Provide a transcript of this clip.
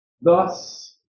Thus